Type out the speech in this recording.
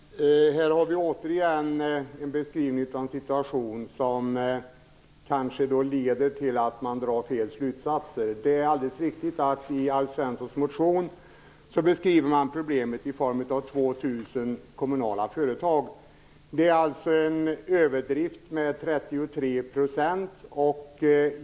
Fru talman! Mycket kort: Här har vi återigen en beskrivning av en situation som kanske leder till att man drar fel slutsatser. Det är alldeles riktigt att i Alf Svenssons motion beskriver man problemet i form av 2 000 kommunala företag. Det är alltså en överdrift med 33 %.